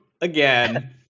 Again